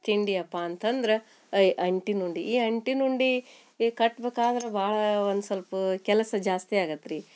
ತಿಂಡಿಯಪ್ಪ ಅಂತಂದ್ರೆ ಈ ಅಂಟಿನ ಉಂಡೆ ಈ ಅಂಟಿನ ಉಂಡೆ ಈ ಕಟ್ಬೇಕಾದ್ರ್ ಭಾಳ ಒಂದು ಸೊಲ್ಪ ಕೆಲಸ ಜಾಸ್ತಿ ಆಗತ್ತೆ ರೀ